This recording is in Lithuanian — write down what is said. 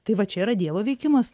tai va čia yra dievo veikimas